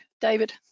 David